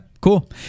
cool